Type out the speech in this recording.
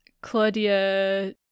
Claudia